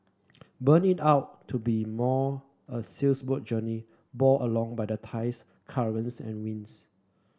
but need out to be more a sails boat journey borne along by the tides currents and winds